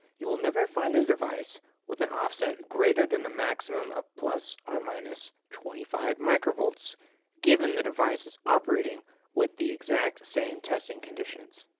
you will never find a device with an offset greater than the maximum of plus or minus twenty five microvolts given the device is operating with the exact same testing conditions.